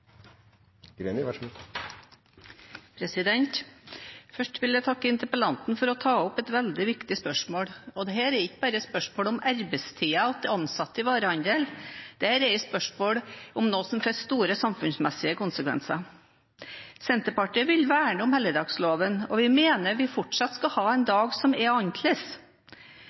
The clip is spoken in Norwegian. Først vil jeg takke interpellanten for å ta opp et veldig viktig spørsmål. Dette er ikke bare et spørsmål om arbeidstiden til ansatte i varehandelen, dette er et spørsmål om noe som får store samfunnsmessige konsekvenser. Senterpartiet vil verne om helligdagsloven, og vi mener at vi fortsatt skal ha en dag som er